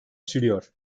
sürüyor